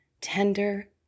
tender